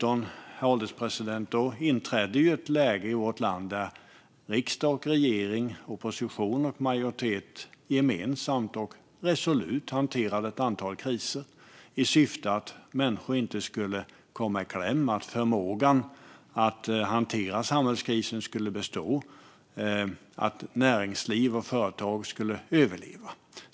Under covid-19 inträdde ett läge i vårt land där riksdag och regering, opposition och majoritet, gemensamt och resolut hanterade ett antal kriser i syfte att människor inte skulle komma i kläm, att förmågan att hantera samhällskrisen skulle bestå och att näringsliv och företag skulle överleva.